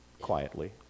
quietly